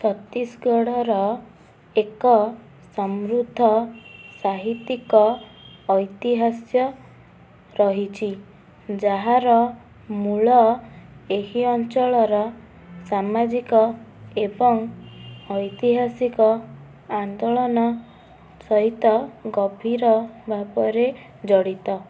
ଛତିଶଗଡ଼ର ଏକ ସମୃଦ୍ଧ ସାହିତ୍ୟକ ଐତିହାସ୍ୟ ରହିଛି ଯାହାର ମୂଳ ଏହି ଅଞ୍ଚଳର ସାମାଜିକ ଏବଂ ଐତିହାସିକ ଆନ୍ଦୋଳନ ସହିତ ଗଭୀର ଭାବରେ ଜଡ଼ିତ